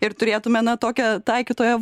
ir turėtume na tokią taikytojo